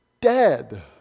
dead